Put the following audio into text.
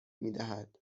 میدهد